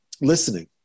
listening